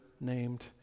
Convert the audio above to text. named